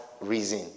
reason